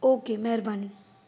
okay महिरबानी